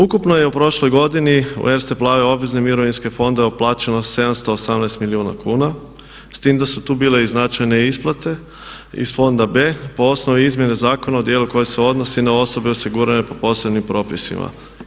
Ukupno je u prošloj godini u Erste Plavi obvezne mirovinske fondove uplaćeno 718 milijuna kuna s tim da su tu bile i značajne isplate iz fonda B po osnovi izmjene zakona o djelu koji se odnosi na osobe osigurane po posebnim propisima.